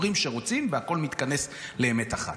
אומרים שרוצים, והכול מתכנס לאמת אחת.